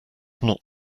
not